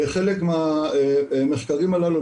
חלק מהמחקרים הללו,